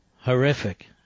horrific